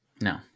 No